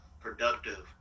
productive